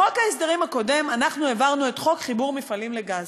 בחוק ההסדרים הקודם העברנו את חוק חיבור מפעלים לגז.